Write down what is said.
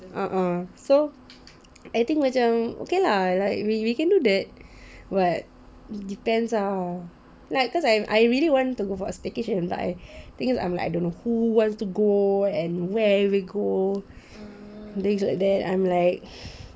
uh uh so I think macam okay lah like we we can do that but it depends ah like cause I really want to like staycation but the thing is I don't know who wants to go and where we go things like that I'm like